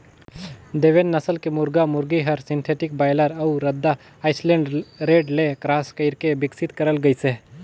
देवेंद नसल के मुरगा मुरगी हर सिंथेटिक बायलर अउ रद्दा आइलैंड रेड ले क्रास कइरके बिकसित करल गइसे